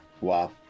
Wow